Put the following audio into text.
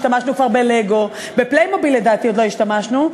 השתמשנו כבר ב"לגו"; ב"פליימוביל" לדעתי עוד לא השתמשנו,